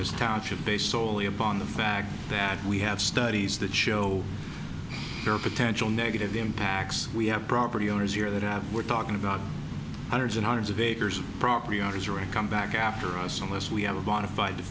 this township based solely upon the fact that we have studies that show there are potential negative impacts we have property owners here that have we're talking about hundreds and hundreds of acres of property owners or a come back after us unless we have a bon